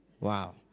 Wow